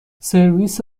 سرویس